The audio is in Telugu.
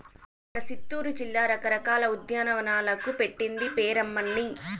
మన సిత్తూరు జిల్లా రకరకాల ఉద్యానవనాలకు పెట్టింది పేరమ్మన్నీ